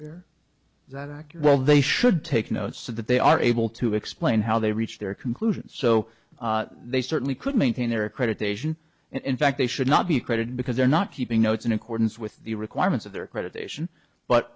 there well they should take notes so that they are able to explain how they reached their conclusions so they certainly could maintain their accreditation and in fact they should not be accredited because they're not keeping notes in accordance with the requirements of their accreditation but